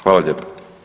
Hvala lijepa.